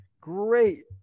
great